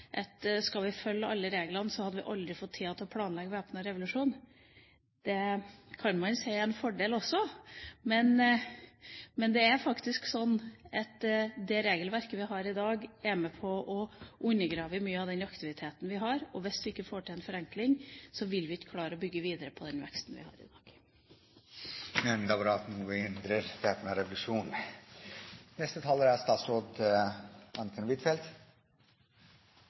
at hvis vi skulle fulgt alle reglene, hadde vi aldri få tid til å planlegge væpnet revolusjon. Det kan man jo si er en fordel også! Men det er faktisk slik at det regelverket vi har i dag, er med på å undergrave mye av den aktiviteten vi har, og hvis vi ikke får til en forenkling, vil vi ikke klare å bygge videre på den veksten vi har i dag. Det er enda bra at noe hindrer væpnet revolusjon! Jeg vil understreke at det er